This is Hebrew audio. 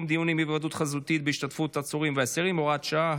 דיונים בהיוועדות חזותית בהשתתפות עצורים ואסירים (הוראת שעה,